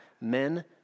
men